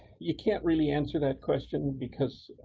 you can't really answer that question because,